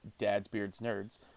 dadsbeardsnerds